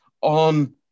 on